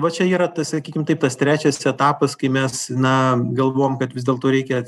va čia yra tas sakykim taip tas trečias etapas kai mes na galvojom kad vis dėlto reikia